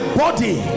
body